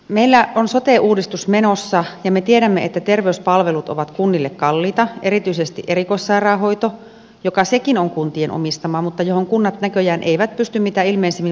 meillä on sote uudistus menossa ja me tiedämme että terveyspalvelut ovat kunnille kalliita erityisesti erikoissairaanhoito joka sekin on kuntien omistama mutta johon kunnat näköjään eivät pysty mitä ilmeisimmin vaikuttamaan